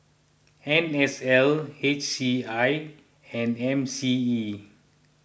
N S L H C I and M C E